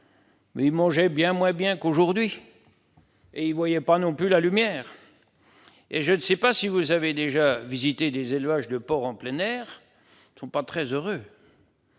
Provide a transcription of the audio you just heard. cases, mangeaient beaucoup moins bien qu'aujourd'hui et ne voyaient pas non plus la lumière du jour. Je ne sais pas si vous avez déjà visité des élevages de porcs en plein air, mais ils ne sont pas très heureux